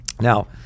Now